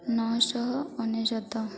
ନଅଶହ ଅନେଶତ